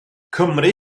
cymru